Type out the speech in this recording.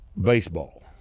baseball